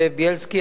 זאב בילסקי,